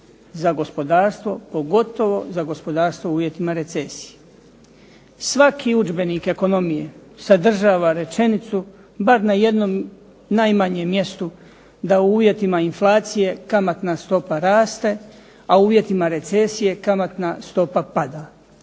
za gospodarstvo, pogotovo za gospodarstvo u uvjetima recesije. Svaki udžbenik ekonomije sadržava rečenicu bar na jednom najmanjem mjestu da u uvjetima inflacije kamatna stopa raste a u uvjetima recesije kamatna stopa pada.